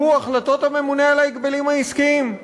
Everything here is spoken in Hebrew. שהוא החלטות הממונה על ההגבלים העסקיים.